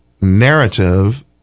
narrative